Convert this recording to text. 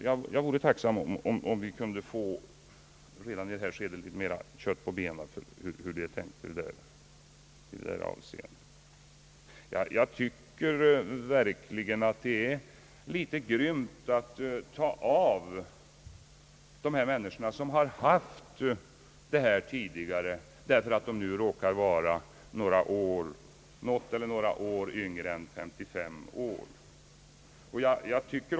Jag vore alltså tacksam om vi redan i detta skede kunde få litet mera kött på benen om hur det är tänkt. Jag tycker verkligen att det är grymt att ta detta stöd från dessa människor, som har haft det förut men som nu råkar vara några år yngre än 55 år.